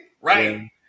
right